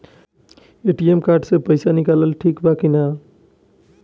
ATM card से पईसा निकालल ठीक बा की ना?